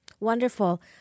Wonderful